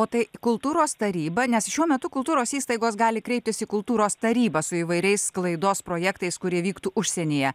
o tai kultūros taryba nes šiuo metu kultūros įstaigos gali kreiptis į kultūros tarybą su įvairiais sklaidos projektais kurie vyktų užsienyje